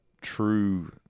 true